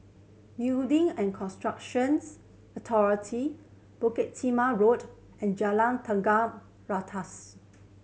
Building and Constructions Authority Bukit Timah Road and Jalan Tiga Ratus